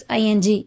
ing